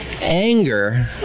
anger